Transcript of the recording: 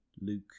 Luke